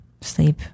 sleep